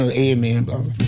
and amen, and um